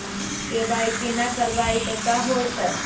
KYC न करवाई तो का हाओतै?